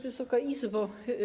Wysoka Izbo!